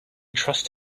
trust